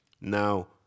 Now